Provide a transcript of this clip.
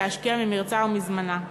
להשקיע ממרצה ומזמנה.